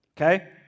Okay